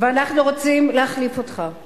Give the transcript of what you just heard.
אנחנו רוצים להחליף אותך.